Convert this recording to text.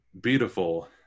beautiful